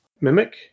Mimic